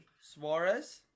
Suarez